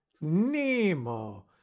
nemo